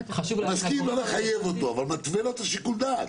נסכים לא לחייב אותו, אבל מתווה לו את השיקול דעת.